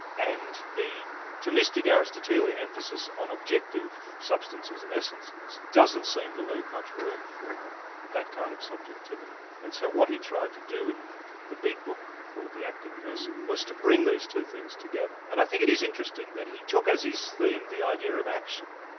and the thomistic aristotelian emphasis on objective substances and essences, doesn't seem to leave much room for that kind of subjectivity. and so what he tried to do in the the big book, called the acting person, was to bring these two things together. and i think it is interesting that he took as his theme the idea of action,